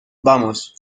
vamos